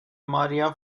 maria